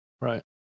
right